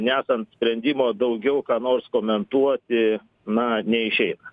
nesant sprendimo daugiau ką nors komentuoti na neišeina